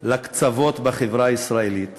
לקצוות בחברה הישראלית